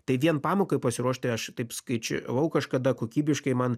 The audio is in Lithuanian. tai vien pamokai pasiruošti aš taip skaičiavau kažkada kokybiškai man